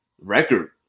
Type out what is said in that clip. record